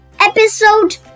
Episode